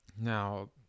Now